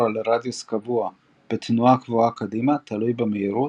על רדיוס קבוע בתנועה קבועה קדימה תלוי במהירות,